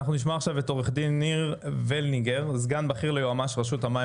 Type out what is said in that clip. עו"ד ניר וילנר, סגן בכיר ליועמ"ש רשות המים